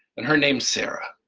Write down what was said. and her name's sarah,